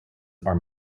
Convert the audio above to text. are